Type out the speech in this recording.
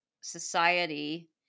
society